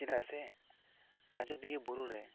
ᱪᱮᱫᱟᱜ ᱥᱮ ᱟᱡᱚᱫᱤᱭᱟᱹ ᱵᱩᱨᱩ ᱨᱮ